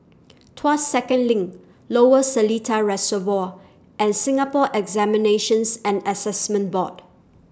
Tuas Second LINK Lower Seletar Reservoir and Singapore Examinations and Assessment Board